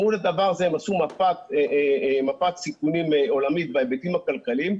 מול הדבר הזה הם עשו מפת סיכונים עולמית בהיבטים הכלכליים,